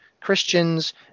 Christians